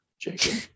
Jacob